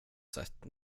sett